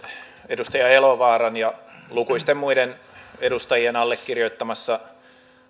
edustaja elovaaran ja lukuisten muiden edustajien allekirjoittamassa